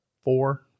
Four